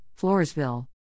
Floresville